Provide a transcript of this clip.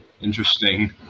Interesting